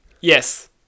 Yes